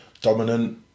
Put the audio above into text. dominant